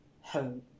home